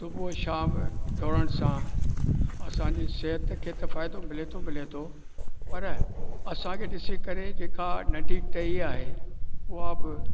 सुबुह शाम ॾोड़ण सां असांजी सिहत खे त फ़ाइदो मिले थो मिले थो पर असांखे ॾिसी करे जेका नंढी टही आहे उहा बि